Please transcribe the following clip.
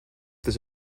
this